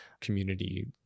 community